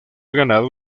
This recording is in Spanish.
ganado